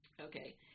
Okay